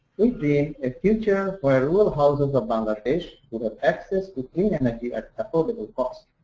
we've been a future where rural houses of bangladesh would have access to clean energy at affordable cost.